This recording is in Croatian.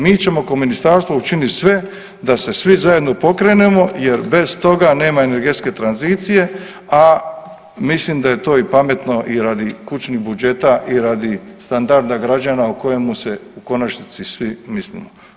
Mi ćemo kao ministarstvo učiniti sve da se svi zajedno pokrenemo, jer bez toga nema energetske tranzicije a mislim da je to i pametno radi kućnih budžeta i radi standarda građana kojima se u konačnici i svi vidimo.